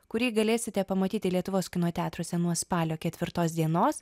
kurį galėsite pamatyti lietuvos kino teatruose nuo spalio ketvirtos dienos